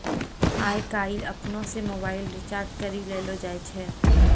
आय काइल अपनै से मोबाइल रिचार्ज करी लेलो जाय छै